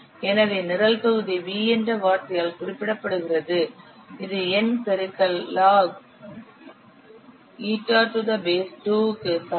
எனவே நிரல் தொகுதி V என்ற வார்த்தையால் குறிப்பிடப்படுகிறது இது N பெருக்கல் log 2 η க்கு சமம்